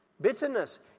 Bitterness